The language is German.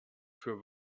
für